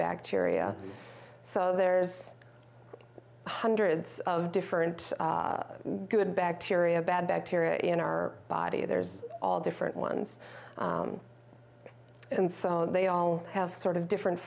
bacteria so there's hundreds of different good bacteria bad bacteria in our body there's all different ones and so they all have sort of different